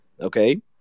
Okay